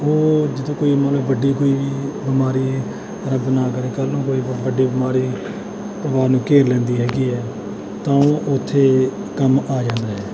ਉਹ ਜਦੋਂ ਕੋਈ ਮੰਨ ਲਓ ਵੱਡੀ ਕੋਈ ਵੀ ਬਿਮਾਰੀ ਰੱਬ ਨਾ ਕਰੇ ਕੱਲ ਨੂੰ ਕੋਈ ਵੱਡੀ ਬਿਮਾਰੀ ਪਰਿਵਾਰ ਨੂੰ ਘੇਰ ਲੈਂਦੀ ਹੈਗੀ ਹੈ ਤਾਂ ਉਹ ਉੱਥੇ ਕੰਮ ਆ ਜਾਂਦਾ ਹੈ